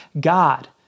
God